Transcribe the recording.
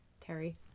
Terry